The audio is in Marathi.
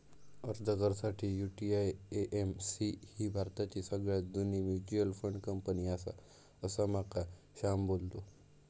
अर्ज कर साठी, यु.टी.आय.ए.एम.सी ही भारताची सगळ्यात जुनी मच्युअल फंड कंपनी आसा, असा माका श्याम बोललो